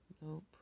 Nope